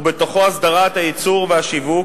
ובתוכו הסדרת הייצור והשיווק,